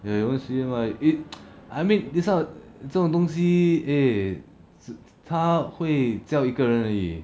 ya we won't see him like it I mean this type 这种东西 eh 他会叫一个人而已